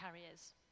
carriers